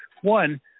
One